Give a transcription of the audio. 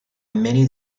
many